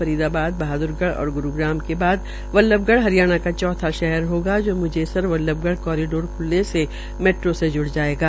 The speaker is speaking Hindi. फरीदाबाद बहादुरगढ़ और गुरूग्राम के बाद बल्लभगढ़ हरियाणा हरियाणा का चौथा शहर होगा जो म्जेसर बल्लभगढ़ कॉरीडोर ख्लने से मेंट्रो से ज्ड़ जायेगा